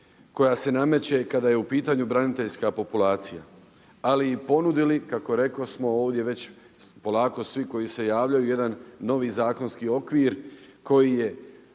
koja se nameće kada je u pitanju braniteljska populacija, ali i ponudili, kako rekosmo ovdje već polako svi koji se javljaju, jedan novi zakonski okvir s kojim